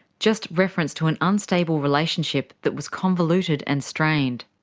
just reference to an unstable relationship that was convoluted and strained.